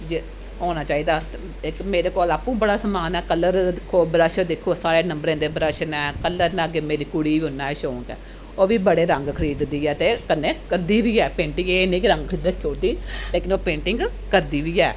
जे होना चाहिदा ते इक मेरे कोल आपूं बड़ा समान ऐ कलर दिक्खो ब्रश दिक्खो सारे नम्बरें दे ब्रश न कलर न अग्गें मेरी कुड़ी गी बी उन्ना गै शौंक ऐ ओह् बी बड़े रंग खरीददी ऐ ते कन्नै करदी बी ऐ पेंटिंग एह् निं के रंग खरीदियै रक्खी ओड़दी लेकन ओह् पेंटिंग करदी बी ऐ